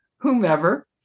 whomever